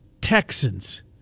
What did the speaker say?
Texans